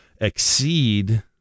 exceed